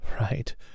right